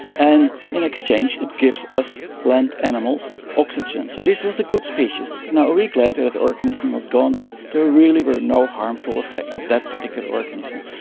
and in exchange it gives us land animals oxygen. so this was a good species. a week later the organism was gone and there really were no harmful effects of that particular organism.